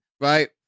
right